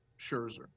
Scherzer